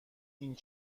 این